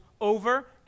over